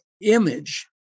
image